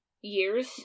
years